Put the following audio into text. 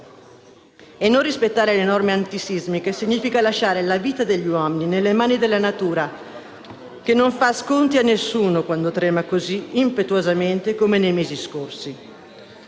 E non rispettare le norme antisismiche significa lasciare la vita degli uomini nelle mani della natura, che non fa sconti a nessuno quando trema così impetuosamente come nei mesi scorsi.